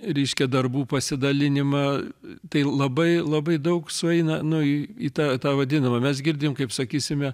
reiškia darbų pasidalinimą tai labai labai daug sueina nu į į tą tą vadinamą mes girdime kaip sakysime